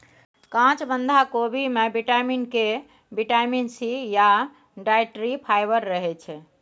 काँच बंधा कोबी मे बिटामिन के, बिटामिन सी या डाइट्री फाइबर रहय छै